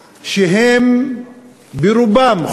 שרובם,